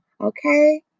okay